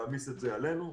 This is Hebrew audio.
להעמיס את זה עלינו.